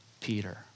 Peter